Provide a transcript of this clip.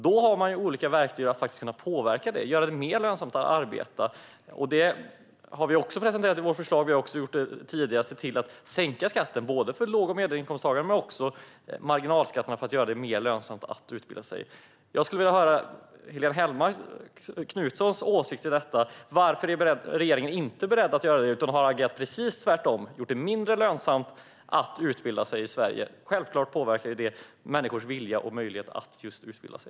Det finns ju olika verktyg för att påverka detta - göra det mer lönsamt att arbeta. Det har vi också presenterat i vårt förslag, och vi har också gjort det tidigare: sett till att sänka skatten för låg och medelinkomsttagare, men också marginalskatterna, för att göra det mer lönsamt att utbilda sig. Jag skulle vilja höra Helene Hellmark Knutssons åsikt om detta. Varför är regeringen inte beredd att göra detta utan har agerat precis tvärtom och gjort det mindre lönsamt att utbilda sig i Sverige? Självklart påverkar detta människors vilja och möjlighet att utbilda sig.